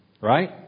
Right